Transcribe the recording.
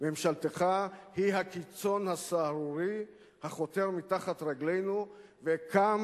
ממשלתך היא הקיצון הסהרורי החותר מתחת רגלינו וקם